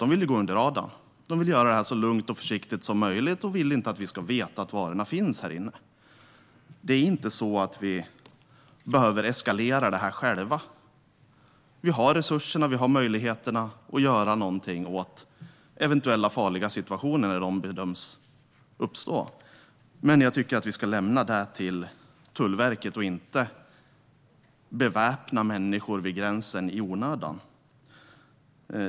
De vill gå under radarn och göra det så lugnt och försiktigt som möjligt. De vill inte att vi ska veta att varorna finns här. Vi behöver inte eskalera detta själva. Vi har resurserna och möjligheterna att göra något åt eventuellt farliga situationer när man bedömer att sådana uppstått, men jag tycker att vi ska överlämna det till Tullverket, inte beväpna människor vid gränsen i onödan.